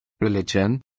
religion